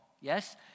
Yes